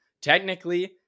technically